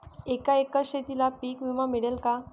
एका एकर शेतीला पीक विमा मिळेल का?